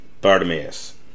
Bartimaeus